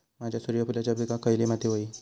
माझ्या सूर्यफुलाच्या पिकाक खयली माती व्हयी?